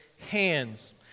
hands